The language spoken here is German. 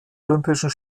olympischen